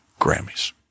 Grammys